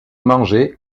mangeait